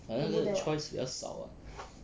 but 那个 choice 比较少 ah